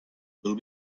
will